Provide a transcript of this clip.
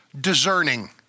discerning